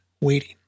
Waiting